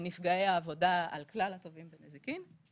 מנפגעי העבודה על כלל התובעים בנזיקין,